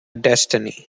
destiny